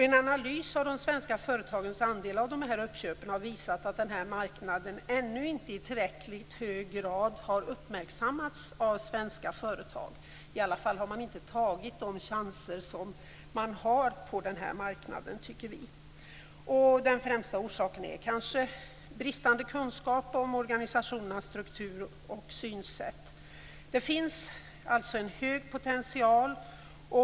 En analys av de svenska företagens andel av de här uppköpen har visat att marknaden ännu inte i tillräckligt hög grad har uppmärksammats av svenska företag - i alla fall har de inte tagit de chanser som de har på marknaden tycker vi. Den främsta orsaken är kanske bristande kunskap om organisationernas struktur och synsätt. Det finns alltså en hög potential.